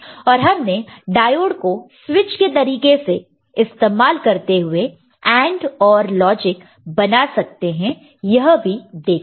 और हमने डायोड को स्विच तरीके से इस्तेमाल करते हुए AND OR लॉजिक बना सकते हैं यह भी देखा है